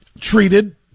treated